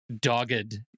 dogged